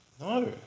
No